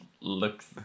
looks